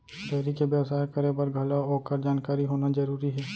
dairy के बेवसाय करे बर घलौ ओकर जानकारी होना जरूरी हे